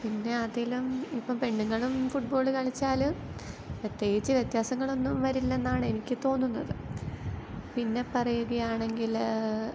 പിന്നെ അതിലും ഇപ്പം പെണ്ണുങ്ങളും ഫുട്ബോള് കളിച്ചാൽ പ്രത്യേകിച്ച് വ്യത്യാസങ്ങളൊന്നും വരില്ലെന്നാണ് എനിക്ക് തോന്നുന്നത് പിന്നെ പറയുകയാണെങ്കിൽ